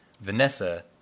Vanessa